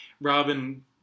Robin